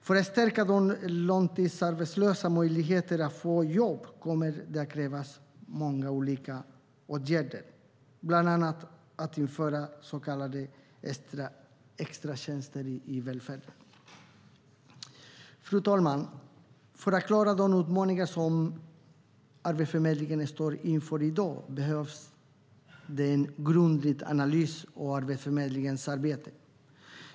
För att stärka de långtidsarbetslösas möjligheter att få jobb kommer det att krävas många olika åtgärder, bland annat att införa så kallade extratjänster i välfärden. Fru talman! För att klara de utmaningar som Arbetsförmedlingen står inför i dag behövs en grundlig analys av Arbetsförmedlingens arbete.